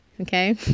Okay